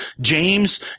James